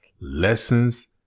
Lessons